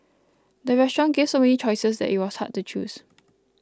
the restaurant gave so many choices that it was hard to choose